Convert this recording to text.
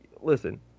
listen